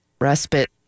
respite